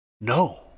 no